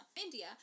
India